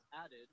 added